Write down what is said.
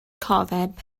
cofeb